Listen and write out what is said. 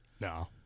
No